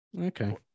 Okay